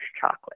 chocolate